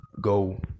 go